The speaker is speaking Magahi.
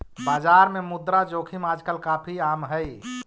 बाजार में मुद्रा जोखिम आजकल काफी आम हई